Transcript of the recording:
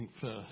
first